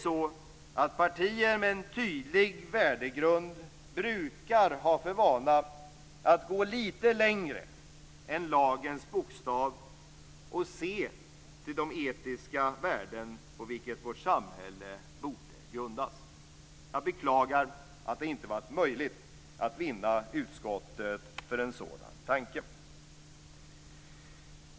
Likväl brukar partier med en tydlig värdegrund gå lite längre än lagens bokstav och se till de etiska värden på vilka vårt samhälle borde grundas. Jag beklagar att det inte har varit möjligt att vinna utskottet för en sådan tanke.